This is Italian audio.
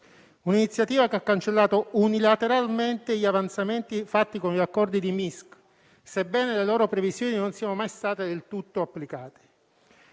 un'iniziativa che ha cancellato unilateralmente gli avanzamenti fatti con gli accordi di Minsk, sebbene le loro previsioni non siano mai state del tutto applicate.